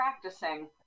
practicing